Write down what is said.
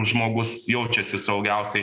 žmogus jaučiasi saugiausiai